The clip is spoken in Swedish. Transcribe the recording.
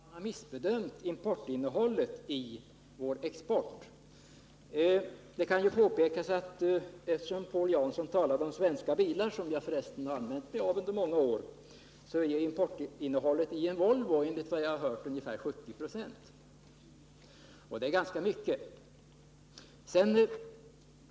Herr talman! När jag har funderat över det socialdemokratiska förslaget om importdepositioner har det slagit mig att man måste ha missbedömt importinnehållet i vår export. Paul Jansson talade om svenska bilar — som jag förresten har använt mig av i många år. Det kan påpekas att importinnehållet i en Volvo enligt vad jag har hört är ungefär 70 26. Det är ganska mycket.